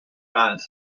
bad